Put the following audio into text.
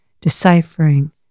deciphering